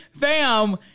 Fam